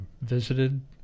visited